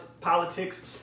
politics